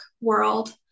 world